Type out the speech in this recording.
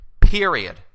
Period